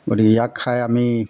গতিকে ইয়াক খাই আমি